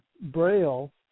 Braille